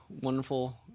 wonderful